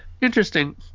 Interesting